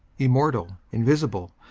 immortal, invisible,